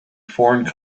foreign